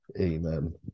Amen